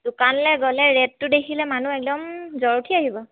দোকানলৈ গ'লে ৰেটটো দেখিলে মানুহ একদম জ্বৰ উঠি আহিব